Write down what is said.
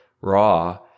raw